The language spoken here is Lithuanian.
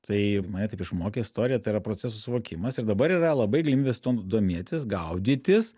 tai mane taip išmokė istorija tai yra proceso suvokimas ir dabar yra labai galimybės tuom domėtis gaudytis